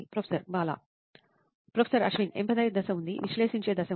professor Ashwin empathising దశ ఉంది విశ్లేషించే దశ ఉంది